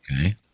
Okay